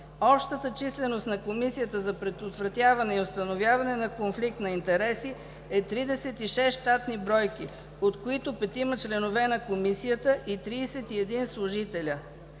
Общата численост на Комисията за предотвратяване и установяване на конфликт на интереси е 36 щатни бройки, от които 5-ма членове на Комисията и 31 служители.